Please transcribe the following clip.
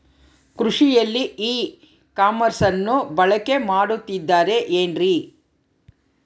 ಕೃಷಿಯಲ್ಲಿ ಇ ಕಾಮರ್ಸನ್ನ ಬಳಕೆ ಮಾಡುತ್ತಿದ್ದಾರೆ ಏನ್ರಿ?